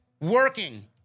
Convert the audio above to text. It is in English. Working